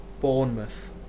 Bournemouth